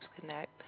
Connect